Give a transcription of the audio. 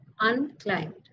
unclimbed